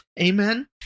Amen